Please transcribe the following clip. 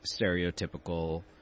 stereotypical